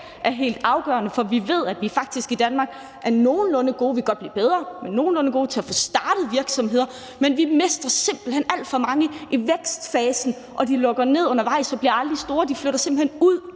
er helt afgørende. for vi ved, at vi faktisk i Danmark er nogenlunde gode – vi kan godt blive bedre – til at få startet virksomheder, men vi mister simpelt hen alt for mange i vækstfasen. De lukker ned undervejs og bliver aldrig store; de flytter simpelt hen ud,